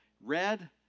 Red